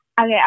Okay